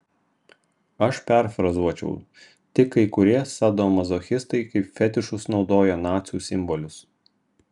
aš perfrazuočiau tik kai kurie sadomazochistai kaip fetišus naudoja nacių simbolius